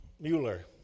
Mueller